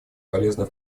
полезный